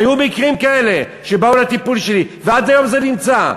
היו מקרים כאלה שבאו לטיפול שלי ועד היום זה נמצא.